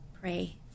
Pray